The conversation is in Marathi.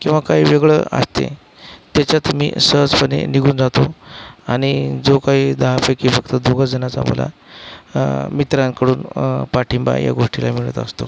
किंवा काही वेगळं असते त्याच्यात मी सहजपणे निघून जातो आणि जो काही दहापैकी फक्त दोघंजणंच आम्हाला मित्रांकडून पाठिंबा या गोष्टीला मिळत असतो